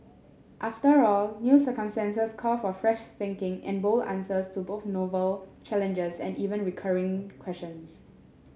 after all new circumstances call for fresh thinking and bold answers to both novel challenges and even recurring questions